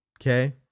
okay